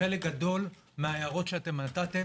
וחלק גדול מההערות שאתם נתתם